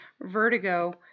vertigo